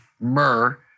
myrrh